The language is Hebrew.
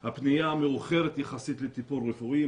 הפנייה המאוחרת יחסית לטיפול רפואי,